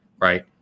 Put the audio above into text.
right